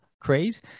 Craze